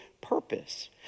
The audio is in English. purpose